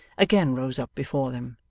again rose up before them,